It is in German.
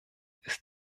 ist